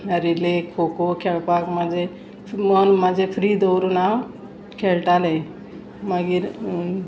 relay kho kho खेळपाक म्हाजें मन म्हाजें फ्री दवरून हांव खेळटालें मागीर